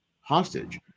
hostage